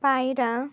পায়রা